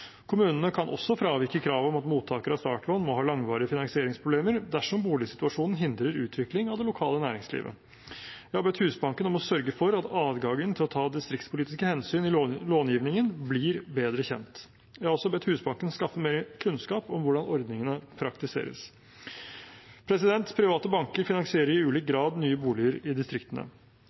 Kommunene kan også fravike krav om at mottakere av startlån må ha langvarige finansieringsproblemer dersom boligsituasjonen hindrer utvikling av det lokale næringslivet. Jeg har bedt Husbanken sørge for at adgangen til å ta distriktspolitiske hensyn i långivningen blir bedre kjent. Jeg har også bedt Husbanken skaffe mer kunnskap om hvordan ordningene praktiseres. Private banker finansierer i ulik grad nye boliger i distriktene.